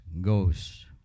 goes